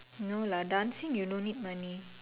no lah dancing you no need money